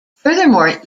furthermore